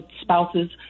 spouses